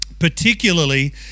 particularly